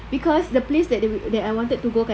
because the place that I wanted to go kan